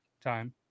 time